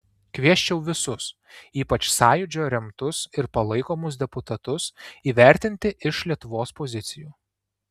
kviesčiau visus ypač sąjūdžio remtus ir palaikomus deputatus įvertinti iš lietuvos pozicijų